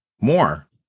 more